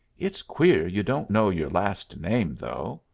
it's queer you don't know your last name, though.